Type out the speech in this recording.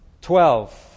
Twelve